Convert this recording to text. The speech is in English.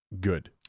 good